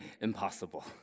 impossible